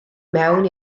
mewn